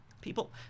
people